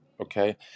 okay